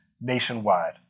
nationwide